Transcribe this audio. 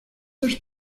dos